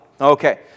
Okay